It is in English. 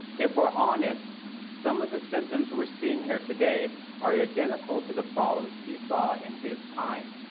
if we're honest some of the symptoms were seeing here today are identical to the problems he saw in his time.